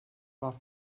warf